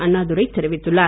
அண்ணாதுரை தெரிவித்துள்ளார்